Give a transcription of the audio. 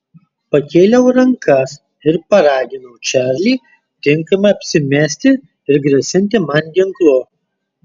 pakėliau rankas ir paraginau čarlį tinkamai apsimesti ir grasinti man ginklu